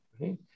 right